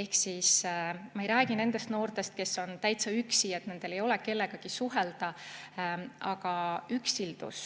Ehk ma ei räägi nendest noortest, kes on täitsa üksi, kellel ei ole kellegagi suhelda. Aga üksildus